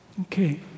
Okay